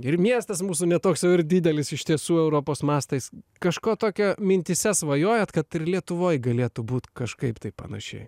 ir miestas mūsų ne toks jau ir didelis iš tiesų europos mastais kažko tokio mintyse svajojat kad ir lietuvoj galėtų būt kažkaip tai panašiai